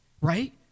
right